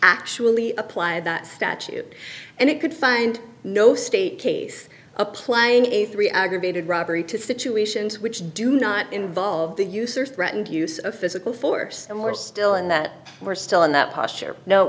actually applied that statute and it could find no state case applying a three aggravated robbery to situations which do not involve the use or threat and use of physical force and we're still in that we're still in that posture no